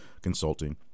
consulting